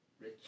Rich